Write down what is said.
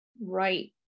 right